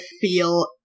feel